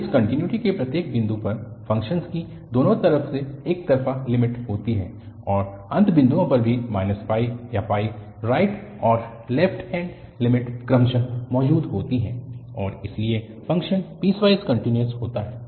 discontinuity के प्रत्येक बिंदु पर फ़ंक्शन की दोनों तरफ से एक तरफा लिमिट होती है और अंत बिंदुओं पर भी या राइट और लेफ्ट हैन्ड लिमिट क्रमशः मौजूद होती है और इसलिए फ़ंक्शन पीसवाइस कन्टिन्यूअ होता है